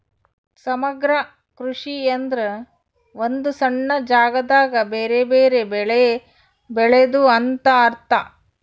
ಸಮಗ್ರ ಕೃಷಿ ಎಂದ್ರ ಒಂದು ಸಣ್ಣ ಜಾಗದಾಗ ಬೆರೆ ಬೆರೆ ಬೆಳೆ ಬೆಳೆದು ಅಂತ ಅರ್ಥ